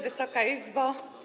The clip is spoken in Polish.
Wysoka Izbo!